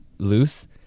loose